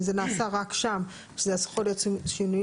אם זה נעשה רק שם שזה יכול להיות שינויים